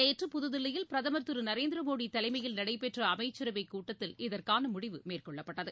நேற்று புதுதில்லியில் பிரதமர் திரு நரேந்திர மோடி தலைமையில் நடைபெற்ற அமைச்சரவை கூட்டத்தில் இதற்கான முடிவு மேற்கொள்ளப்பட்டது